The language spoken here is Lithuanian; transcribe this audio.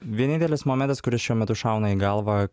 vienintelis momentas kuris šiuo metu šauna į galvą